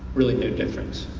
really no difference.